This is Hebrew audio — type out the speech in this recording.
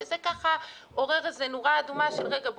וזה עורר איזה נורה אדומה של רגע,